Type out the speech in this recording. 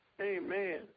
Amen